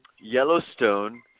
Yellowstone